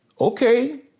okay